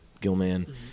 Gilman